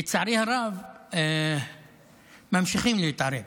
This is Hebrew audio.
לצערי הרב, ממשיכים להתערב